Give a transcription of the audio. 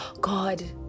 God